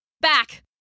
Back